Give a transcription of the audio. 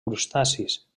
crustacis